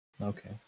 Okay